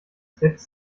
setzt